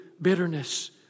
bitterness